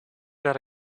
that